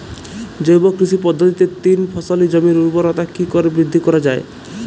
জৈব কৃষি পদ্ধতিতে তিন ফসলী জমির ঊর্বরতা কি করে বৃদ্ধি করা য়ায়?